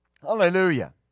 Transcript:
hallelujah